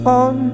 on